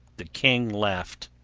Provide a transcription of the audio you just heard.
the king laughed.